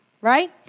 right